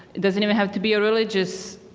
doesn't even have to be religious